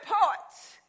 reports